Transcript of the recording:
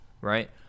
right